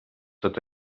tot